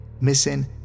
Missing